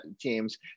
teams